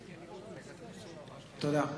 תודה.